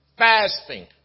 fasting